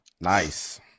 Nice